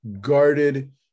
guarded